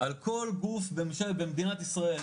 על כל גוף במדינת ישראל,